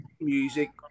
music